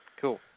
cool